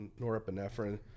norepinephrine